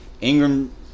Ingram